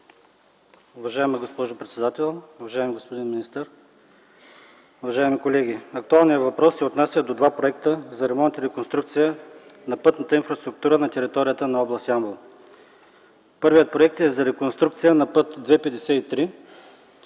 Уважаема госпожо председател, уважаеми господин министър, уважаеми колеги! Актуалният въпрос се отнася до два проекта за ремонт и реконструкция на пътната инфраструктура на територията на област Ямбол. Първият проект е за реконструкция на път ІІ-53